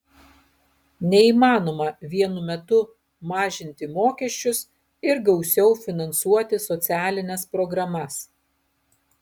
neįmanoma vienu metu mažinti mokesčius ir gausiau finansuoti socialines programas